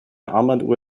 armbanduhr